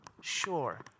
Sure